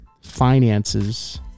finances